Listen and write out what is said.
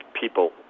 people